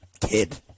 kid